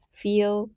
feel